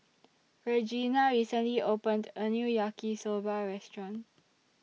Regena recently opened A New Yaki Soba Restaurant